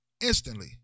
instantly